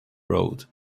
road